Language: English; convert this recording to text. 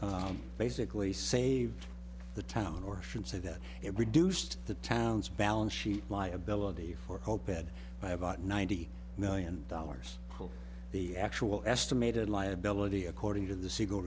basically saved the town or should say that it reduced the town's balance sheet liability for hope ed by about ninety million dollars the actual estimated liability according to the s